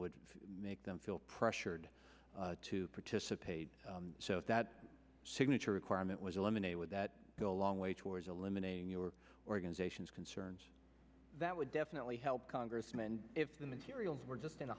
would make them feel pressured to participate so that signature requirement was eliminated would that go a long way towards eliminating your organizations concerns that would definitely help congressman if the materials were just in a